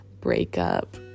breakup